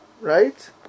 right